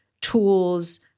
tools